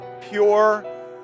pure